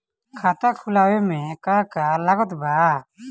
खाता खुलावे मे का का लागत बा?